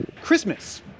Christmas